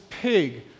pig